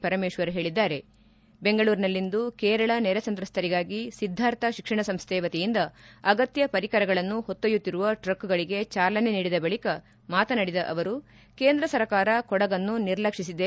ಪರಮೇಶ್ವರ್ ಹೇಳಿದ್ದಾರೆ ಬೆಂಗಳೂರಿನಲ್ಲಿಂದು ಕೇರಳ ನೆರೆ ಸಂತ್ರಸ್ತರಿಗಾಗಿ ಸಿದ್ದಾರ್ಥ ಶಿಕ್ಷಣ ಸಂಸ್ಥೆ ವತಿಯಿಂದ ಅಗತ್ತ ಪರಿಕರಗಳನ್ನು ಹೊತ್ತೊಯುತ್ತಿರುವ ಟ್ರಕ್ಗಳಿಗೆ ಚಾಲನೆ ನೀಡಿದ ಬಳಿಕ ಮಾತನಾಡಿದ ಅವರು ಕೇಂದ್ರ ಸರಕಾರ ಕೊಡಗನ್ನು ನಿರ್ಲಕ್ಷಿಸಿದೆ